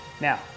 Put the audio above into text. Now